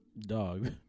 Dog